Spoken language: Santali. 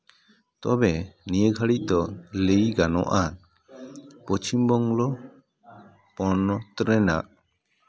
ᱛᱚᱵᱮ ᱱᱤᱭᱟᱹ ᱜᱷᱟᱹᱲᱤᱡ ᱫᱚ ᱞᱟᱹᱭ ᱜᱟᱱᱚᱜᱼᱟ ᱯᱚᱪᱷᱤᱢᱵᱚᱝᱜᱚ ᱯᱚᱱᱚᱛ ᱨᱮᱱᱟᱜ